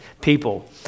people